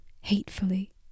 hatefully